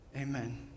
Amen